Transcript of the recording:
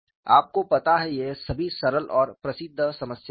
आपको पता है ये सभी सरल और प्रसिद्ध समस्याएं हैं